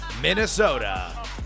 Minnesota